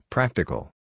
Practical